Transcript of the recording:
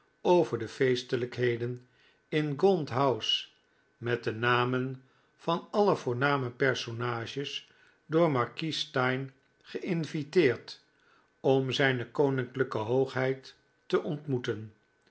van de feestelijkheden in gaunt house met de namen van alle voorname personages door markies steyne geinviteerd om zijne koninklijke hoogheid te ontmoeten